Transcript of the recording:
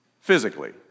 physically